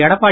Edappadi